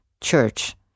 church